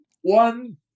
one